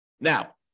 Now